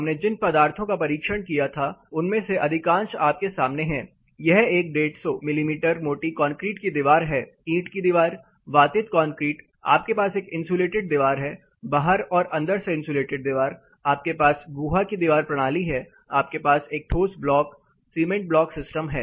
हमने जिन पदार्थों का परीक्षण किया था उनमें से अधिकांश आपके सामने हैं यह एक 150 मिमी मोटी कंक्रीट की दीवार है ईंट की दीवार वातित कंक्रीट आपके पास एक इंसुलेटेड दीवार है बाहर और अंदर से इंसुलेटेड दीवार आपके पास गुहा की दीवार प्रणाली है आपके पास एक ठोस ब्लॉक सीमेंट ब्लॉक सिस्टम है